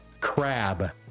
crab